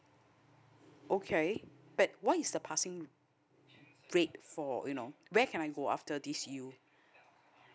okay but what is the passing rate for you know where can I go after this U